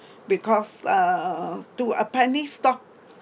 because uh to apparently stock